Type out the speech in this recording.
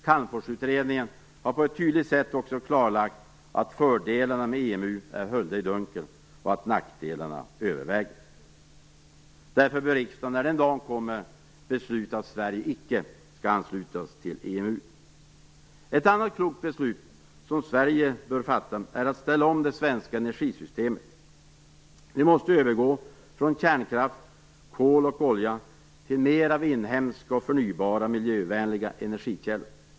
Calmforsutredningen har tydligt klarlagt att fördelarna med EMU är höljda i dunkel och att nackdelarna överväger. Därför bör riksdagen, när den dagen kommer, besluta att Sverige icke skall anslutas till EMU. Ett annat klokt beslut som Sverige bör fatta är att ställa om det svenska energisystemet. Vi måste övergå från kärnkraft, kol och olja till mer av inhemska, förnybara och miljövänliga energikällor.